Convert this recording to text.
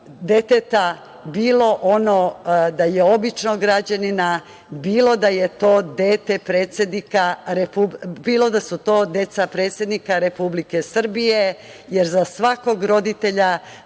deteta, bilo da su to deca običnog građanina, bilo da su to deca predsednika Republike Srbije, jer za svakog roditelja,